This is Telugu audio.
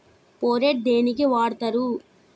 ఫోరెట్ దేనికి వాడుతరు?